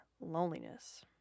loneliness